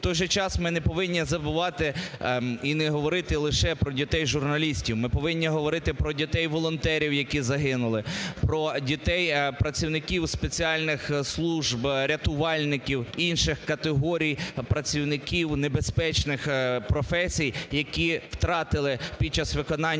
В той же час ми не повинні забувати і не говорити лише про дітей журналістів, ми повинні говорити про дітей волонтерів, які загинули, про дітей працівників спеціальних служб, рятувальників, інших категорій працівників небезпечних професій, які втратили під час виконання